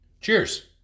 Cheers